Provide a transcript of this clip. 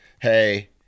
hey